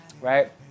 right